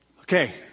Okay